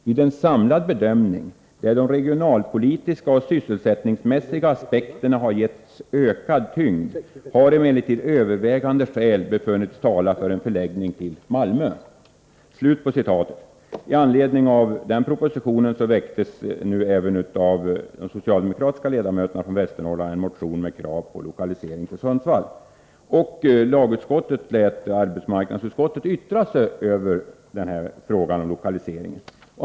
Vid en samlad bedömning, där de regionalpolitiska och sysselsättningsmässiga aspekterna har getts ökad tyngd, har emellertid övervägande skäl befunnits tala för en förläggning till Malmö.” Med anledning av propositionen väckte nu sex socialdemokratiska ledamöter från Västernorrlands län en motion med krav på lokalisering till Sundsvall. Lagutskottet lät arbetsmarknadsutskottet yttra sig över lokaliseringen.